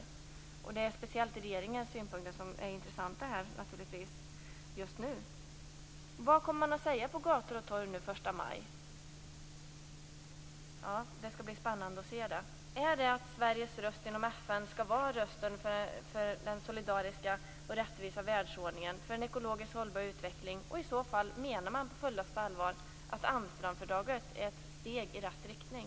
Det är naturligtvis speciellt regeringens synpunkter som är intressanta just nu. Vad kommer man att säga på gator och torg nu den 1 maj? Det skall bli spännande att höra. Är det att Sveriges röst inom FN skall vara rösten för den solidariska och rättvisa världsordningen och för en ekologiskt hållbar utveckling? Och i så fall: Menar man på fullaste allvar att Amsterdamfördraget är ett steg i rätt riktning?